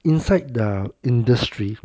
inside the industry